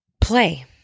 Play